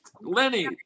Lenny